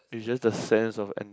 it's just the sense of en